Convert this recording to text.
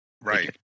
Right